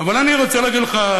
אבל אני רוצה להגיד לך,